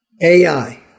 AI